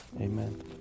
amen